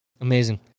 Amazing